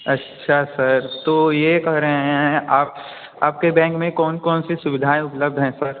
अच्छा सर तो ये कह रहे हैं आप आपके बैंक में कौन कौन सी सुविधाएँ उपलब्ध हैं सर